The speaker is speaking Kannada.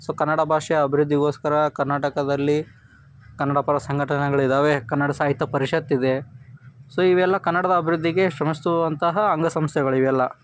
ಸೊ ಕನ್ನಡ ಭಾಷೆಯ ಅಭಿವೃದ್ಧಿಗೋಸ್ಕರ ಕರ್ನಾಟಕದಲ್ಲಿ ಕನ್ನಡ ಪರ ಸಂಘಟನೆಗಳಿದ್ದಾವೆ ಕನ್ನಡ ಸಾಹಿತ್ಯ ಪರಿಷತ್ ಇದೆ ಸೊ ಇವೆಲ್ಲ ಕನ್ನಡದ ಅಭಿವೃದ್ಧಿಗೆ ಶ್ರಮಿಸುವಂತಹ ಅಂಗ ಸಂಸ್ಥೆಗಳು ಇವೆಲ್ಲ